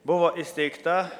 buvo įsteigta